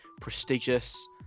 prestigious